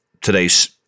today's